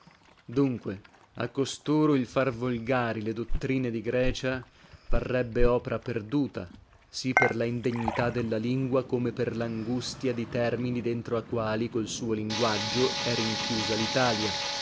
dunque a costoro il far volgari le dottrine di grecia parrebbe opra perduta sì per la indegnità della lingua come per langustia di termini dentro a quali col suo linguaggio è rinchiusa